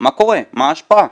מה קורה, מה ההשפעה.